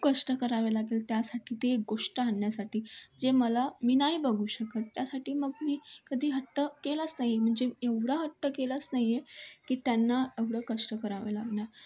खूप कष्ट करावे लागेल त्यासाठी ते गोष्ट आणण्यासाठी जे मला मी नाही बघू शकत त्यासाठी मग मी कधी हट्ट केलाच नाही म्हणजे एवढा हट्ट केलाच नाही आहे की त्यांना एवढं कष्ट करावे लागणार